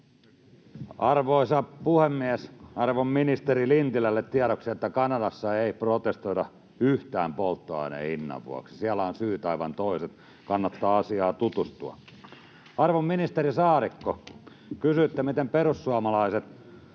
Arvoisa puhemies! Arvon ministeri Lintilälle tiedoksi, että Kanadassa ei protestoida yhtään polttoaineen hinnan vuoksi, siellä ovat syyt aivan toiset, kannattaa asiaan tutustua. Arvon ministeri Saarikko, kysyitte, miten perussuomalaiset